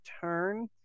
turn